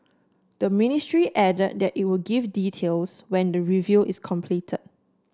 the ministry add that it would give details when the review is complete